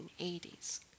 1980s